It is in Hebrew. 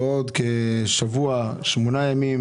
בעוד כשמונה ימים,